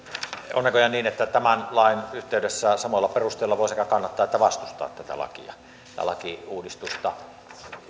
on näköjään niin että tämän lain yhteydessä samoilla perusteilla voi sekä kannattaa että vastustaa tätä lakiuudistusta